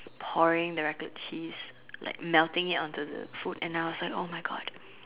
pouring the Raclette cheese like melting it onto the food and I was like !oh-my-God!